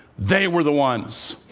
they were the ones